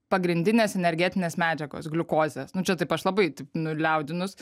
pagrindinės energetinės medžiagos gliukozės nu čia taip aš labai taip nu liaudinus